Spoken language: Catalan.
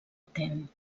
atent